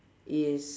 is